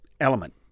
element